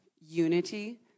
unity